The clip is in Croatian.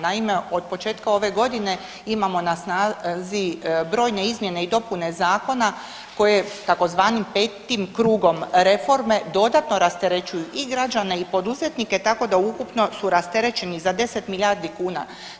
Naime, od početka ove godine imamo na snazi brojne izmjene i dopune zakona koje tzv. petim krugom reforme dodatno rasterećuju i građane i poduzetnike, tako da ukupno su rasterećeni za 10 milijardi kuna.